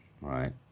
right